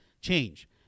change